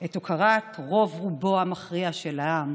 את הוקרת רוב-רובו המכריע של העם.